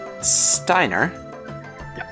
Steiner